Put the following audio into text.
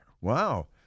Wow